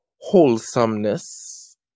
Wholesomeness